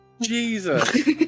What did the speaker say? Jesus